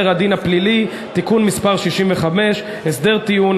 הדין הפלילי (תיקון מס' 65) (הסדר טיעון),